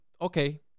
okay